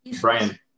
Brian